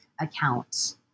account